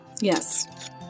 yes